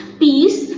peace